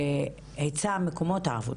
בהיצע מקומות העבודה.